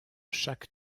chaque